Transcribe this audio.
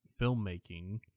filmmaking